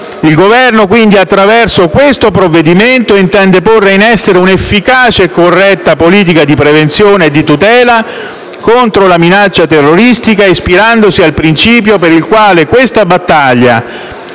Il Governo quindi, attraverso questo provvedimento, intende porre in essere un'efficace e corretta politica di prevenzione e di tutela contro la minaccia terroristica ispirandosi al principio per il quale questa battaglia,